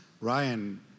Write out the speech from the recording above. Ryan